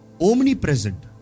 omnipresent